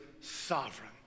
sovereign